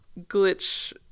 glitch